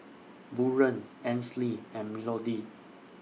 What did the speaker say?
Buren Ansley and Melodee